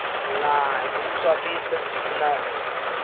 नहि दू सए बीस सऽ कम नहि होत